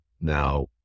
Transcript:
now